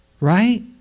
Right